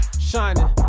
shining